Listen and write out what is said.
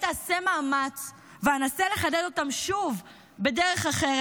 אעשה מאמץ ואנסה לחדד אותם שוב בדרך אחרת.